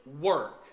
work